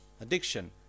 Addiction